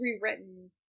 rewritten